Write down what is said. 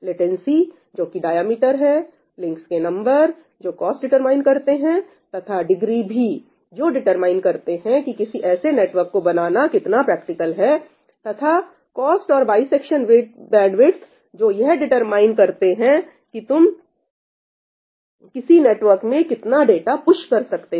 latency जो कि diameter है लिंक्स के नंबर जो कॉस्ट डिटरमाइन करते हैं तथा डिग्री भी जो डिटरमाइन करते हैं कि किसी ऐसे नेटवर्क को बनाना कितना प्रैक्टिकल है तथा कॉस्ट और बाइसेक्शन बैंडविथ जो यह डिटरमाइन करते हैं कि तुम किसी नेटवर्क में कितना डाटा पुश कर सकते हो